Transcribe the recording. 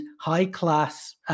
high-class